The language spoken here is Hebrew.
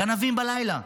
גנבים בלילה.